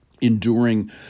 enduring